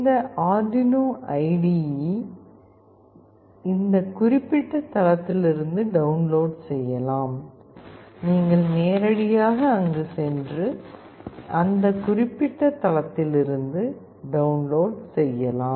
இந்த Arduino IDE ஐ இந்த குறிப்பிட்ட தளத்திலிருந்து டவுன்லோட் செய்யலாம் நீங்கள் நேரடியாக அங்கு சென்று அந்த குறிப்பிட்ட தளத்திலிருந்து டவுன்லோட் செய்யலாம்